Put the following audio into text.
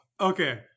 okay